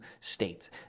states